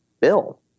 bill